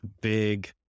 big